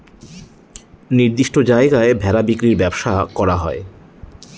নির্দিষ্ট জায়গায় ভেড়া বিক্রির ব্যবসা করা হয়